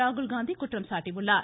ராகுல்காந்தி குற்றம் சாட்டியுள்ளார்